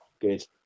Good